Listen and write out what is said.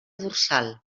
dorsal